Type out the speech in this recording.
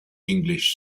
english